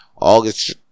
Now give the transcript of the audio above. August